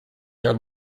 their